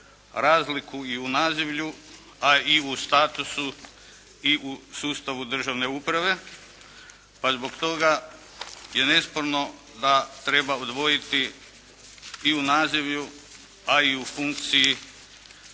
razliku i u nazivlju a i u statusu i u sustavu državne uprave pa zbog toga je nesporno da treba odvojiti i u nazivlju a i u funkciji